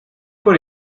por